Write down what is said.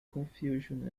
confusion